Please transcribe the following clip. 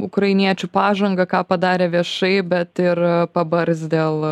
ukrainiečių pažangą ką padarė viešai bet ir pabars dėl